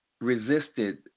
resisted